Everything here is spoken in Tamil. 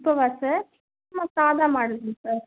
இப்போவா சார் சும்மா சாதா மாடல்ங்க சார்